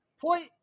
point